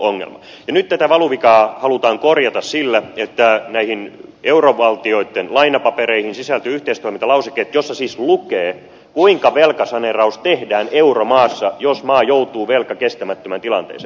nyt tätä valuvikaa halutaan korjata sillä että näihin eurovaltioitten lainapapereihin sisältyy yhteistoimintalauseke jossa siis lukee kuinka velkasaneeraus tehdään euromaassa jos maa joutuu velkakestämättömään tilanteeseen